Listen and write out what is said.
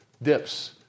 dips